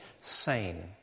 SANE